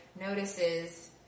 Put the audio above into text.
notices